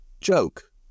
joke